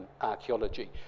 archaeology